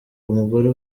umugore